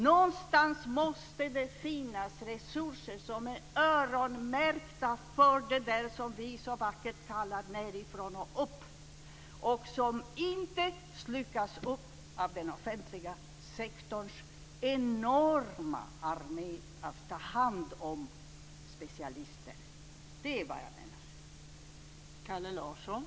Någonstans måste det finnas resurser som är öronmärkta för det som vi så vackert kallar nedifrånoch-upp och som inte slukas upp av den offentliga sektorns enorma armé av ta-hand-om-specialister! Det är vad jag menar.